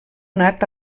nat